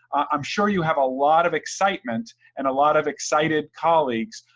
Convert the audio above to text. i'm sure you have a lot of excitement, and a lot of excited colleagues,